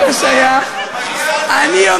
חבר הכנסת מסעוד גנאים, אינו